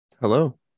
hello